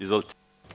Izvolite.